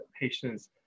patients